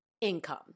income